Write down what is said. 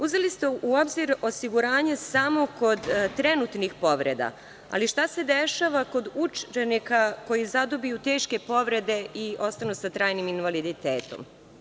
Uzeli ste u obzir osiguranje samo kod trenutnih povreda, ali šta se dešava kod učenika koji zadobiju teške povrede i ostanu sa trajnim invaliditetom?